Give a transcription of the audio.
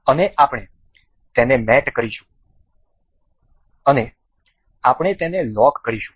અને આપણે તેને મેટ કરીશું અને આપણે તેને લોક કરીશું